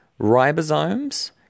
Ribosomes